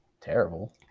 terrible